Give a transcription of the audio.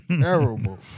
terrible